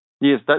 yes